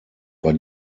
bei